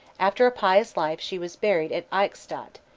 after a pious life she was buried at eichstatt,